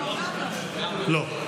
לא.